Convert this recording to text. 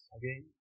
again